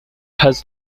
has